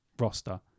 roster